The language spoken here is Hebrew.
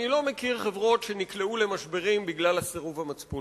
אני לא מכיר חברות שנקלעו למשברים בגלל סירוב מצפוני.